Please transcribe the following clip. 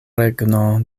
regno